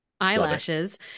Eyelashes